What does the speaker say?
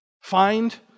Find